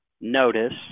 notice